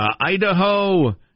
Idaho